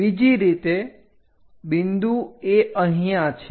બીજી રીતે બિંદુ એ અહીંયા છે